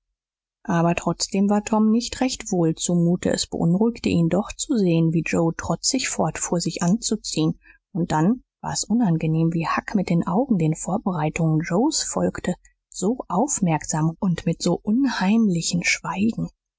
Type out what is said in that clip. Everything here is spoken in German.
aber trotzdem war tom nicht recht wohl zumute es beunruhigte ihn doch zu sehen wie joe trotzig fortfuhr sich anzuziehen und dann war's unangenehm wie huck mit den augen den vorbereitungen joes folgte so aufmerksam und mit so unheimlichem schweigen